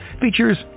features